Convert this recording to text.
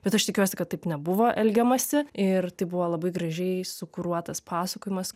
bet aš tikiuosi kad taip nebuvo elgiamasi ir tai buvo labai gražiai sukuruotas pasakojimas